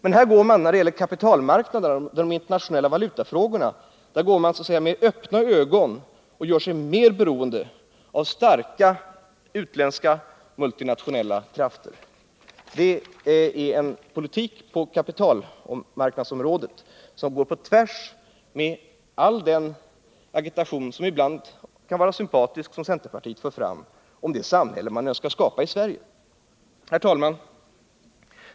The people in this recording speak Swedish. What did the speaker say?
I fråga om kapitalmarknaden och de internationella valutafrågorna gör man sig så att säga med öppna ögon mer beroende av starka utländska multinationella krafter. Det är en politik på kapitalmarknadsområdet som går på tvärs med all den agitation som centerpartiet annars för fram — och som ibland kan vara sympatisk — om det samhälle man önskar skapa i Sverige. Herr talman!